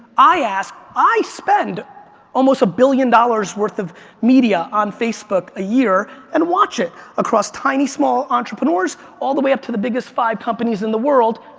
i ask, i spend almost billion dollars worth of media on facebook a year and watch it across tiny, small entrepreneurs all the way up to the biggest five companies in the world.